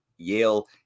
Yale